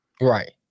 Right